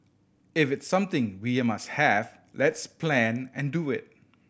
if it's something we're must have let's plan and do it